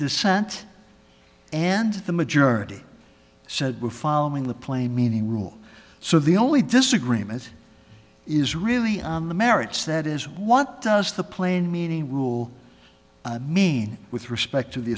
dissent and the majority said we're following the plain meaning rule so the only disagreement is really on the merits that is what does the plain meaning rule mean with respect to the